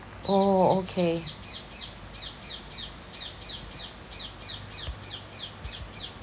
oh okay